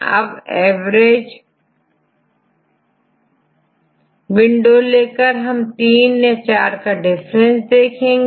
अब average window लेकर हम3 या4डिफरेंस देख सकते हैं